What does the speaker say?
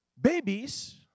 babies